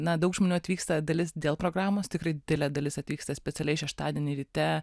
na daug žmonių atvyksta dalis dėl programos tikrai didelė dalis atvyksta specialiai šeštadienį ryte